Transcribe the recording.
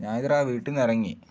ഞാൻ ഇത് എടാ ആ വീട്ടിൽ നിന്ന് ഇറങ്ങി